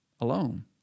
alone